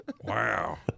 Wow